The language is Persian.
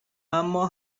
اما